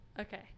Okay